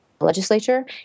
legislature